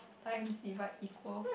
times divide equal